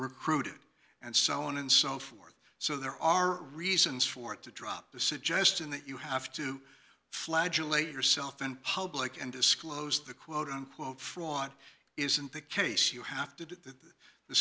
recruited and so on and so forth so there are reasons for it to drop the suggestion that you have to flagellate yourself in public and disclose the quote unquote fraud isn't the case you have to the